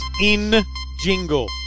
in-jingle